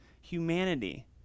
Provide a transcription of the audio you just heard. Humanity